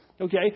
Okay